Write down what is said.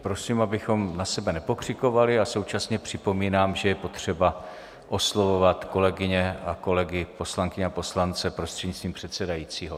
Prosím, abychom na sebe nepokřikovali, a současně připomínám, že je potřeba oslovovat kolegyně a kolegy, poslankyně a poslance, prostřednictvím předsedajícího.